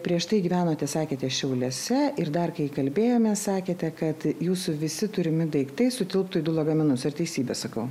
prieš tai gyvenote sakėte šiauliuose ir dar kai kalbėjome sakėte kad jūsų visi turimi daiktai sutilptų į du lagaminus ar teisybė sakau